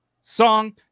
song